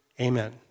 Amen